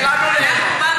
תן לנו ליהנות.